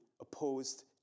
opposed